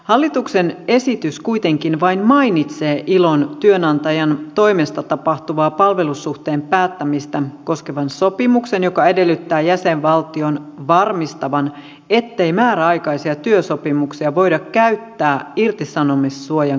hallituksen esitys kuitenkin vain mainitsee ilon työnantajan toimesta tapahtuvaa palvelussuhteen päättämistä koskevan sopimuksen joka edellyttää jäsenvaltion varmistavan ettei määräaikaisia työsopimuksia voida käyttää irtisanomissuojan kiertämiseen